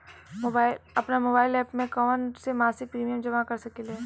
आपनमोबाइल में कवन एप से मासिक प्रिमियम जमा कर सकिले?